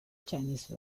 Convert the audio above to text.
chinese